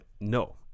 no